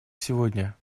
сегодня